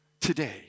today